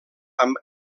amb